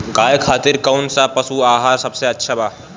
गाय खातिर कउन सा पशु आहार सबसे अच्छा बा?